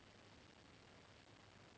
skill